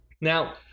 Now